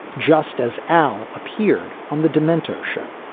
just as al appeared on the demento show,